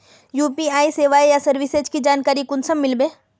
UPI सेवाएँ या services की जानकारी कुंसम मिलबे?